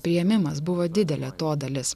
priėmimas buvo didelė to dalis